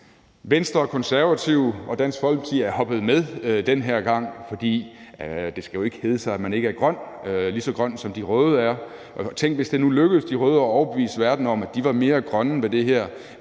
Venstre, Konservative og Dansk Folkeparti er hoppet med den her gang, fordi det jo ikke skal hedde sig, at man ikke er lige så grøn, som de røde er. Tænk, hvis det nu lykkedes de røde at overbevise verden om, at de var mere grønne med det her,